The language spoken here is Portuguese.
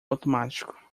automático